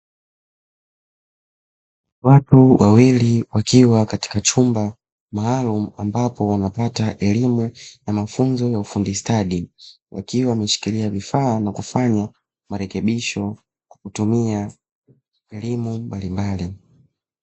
Watu wawili wakiwa katika chumba maalum ambapo wanapata elimu na mafunzo ya ufundi stadi, wakiwa wameshikilia vifaa na kufanya marekebisho kwa kutumia elimu mbalimbali.